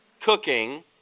cooking